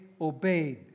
obeyed